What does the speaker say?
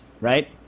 right